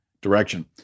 direction